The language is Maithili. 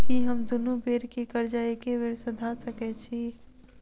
की हम दुनू बेर केँ कर्जा एके बेर सधा सकैत छी?